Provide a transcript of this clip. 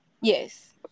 Yes